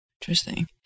Interesting